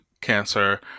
cancer